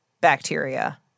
bacteria